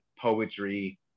poetry